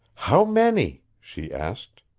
how many? she asked.